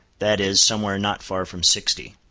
that is, somewhere not far from sixty.